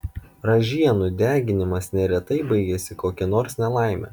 ražienų deginimas neretai baigiasi kokia nors nelaime